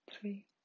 Three